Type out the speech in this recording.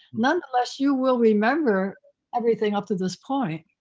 nonetheless, you will remember everything up to this point.